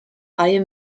reihe